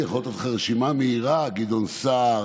אני יכול לתת לך רשימה מהירה: גדעון סער,